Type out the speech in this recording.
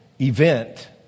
event